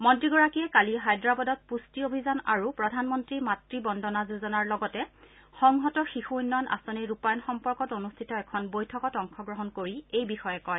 মন্ত্ৰীগৰাকীয়ে কালি হায়দৰাবাদত পুষ্টি অভিযান আৰু প্ৰধানমন্ত্ৰী মাড় বন্দনা যোজনাৰ লগতে সংহত শিশু উন্নয়ন আঁচনিৰ ৰূপায়ণ সম্পৰ্কত অনুষ্ঠিত এখন বৈঠকত অংশগ্ৰহণ কৰি এই বিষয়ে কয়